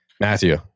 Matthew